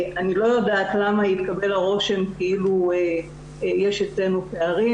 אני לא יודעת למה התקבל הרושם כאילו יש אצלנו פערים.